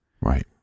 right